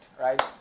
right